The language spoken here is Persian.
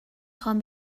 خوام